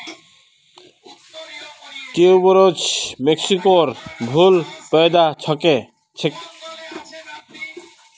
tuberose मेक्सिकोर मूल पौधा छेक